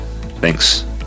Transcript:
Thanks